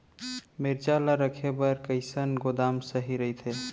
मिरचा ला रखे बर कईसना गोदाम सही रइथे?